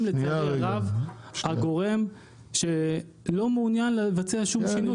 הם לצערי הרב הגורם שלא מעוניין לבצע שום שינוי,